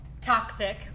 toxic